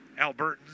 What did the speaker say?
albertans